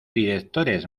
directores